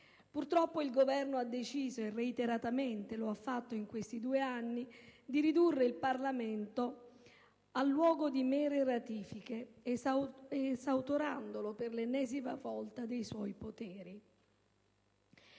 Purtroppo il Governo ha deciso, e reiteratamente lo ha fatto in questi due anni, di ridurre il Parlamento a luogo di mere ratifiche, esautorandolo per l'ennesima volta dei suoi poteri.